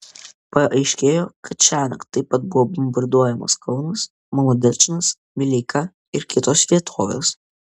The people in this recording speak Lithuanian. paaiškėjo kad šiąnakt taip pat buvo bombarduojamas kaunas molodečnas vileika ir kitos vietovės